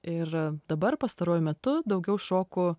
ir dabar pastaruoju metu daugiau šoku